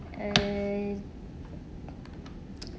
err